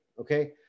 Okay